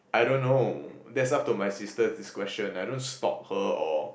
I don't know that's up to my sister discretion I don't stop her or